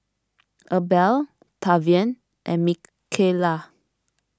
Abel Tavian and Micayla